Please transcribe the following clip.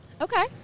Okay